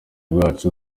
bwacu